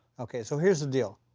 ok, so here's the deal.